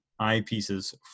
eyepieces